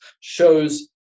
shows